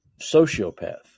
sociopath